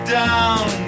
down